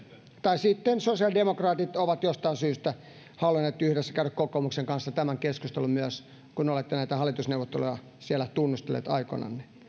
tai sitten sosiaalidemokraatit ovat jostain syystä halunneet yhdessä käydä kokoomuksen kanssa tämän keskustelun myös kun olette näitä hallitusneuvotteluja siellä tunnustelleet aikoinanne